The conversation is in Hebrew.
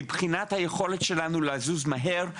מבחינת היכולת שלנו לזוז מהר,